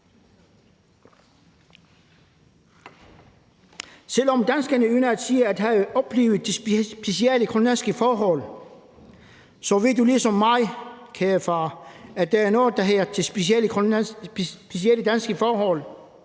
Selv om danskerne ynder at sige at have oplevet det specielle grønlandske forhold, ved du ligesom mig, kære far, at der er noget, der hedder det specielle danske forhold,